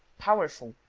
powerful,